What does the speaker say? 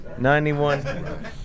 91